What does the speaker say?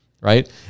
right